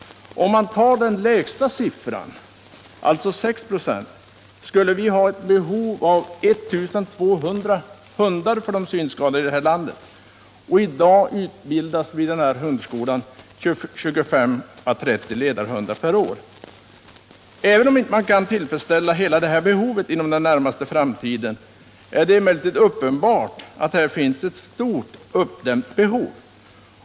Om man tar den lägsta siffran, alltså 6 26, skulle vi ha ett behov av 1 200 hundar. I dag utbildas 25-30 ledarhundar per år. Även om man inte kan tillfredsställa hela detta behov inom den närmaste framtiden, är det emellertid uppenbart att här finns ett stort uppdämt behov.